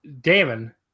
Damon